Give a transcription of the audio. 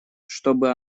чтобы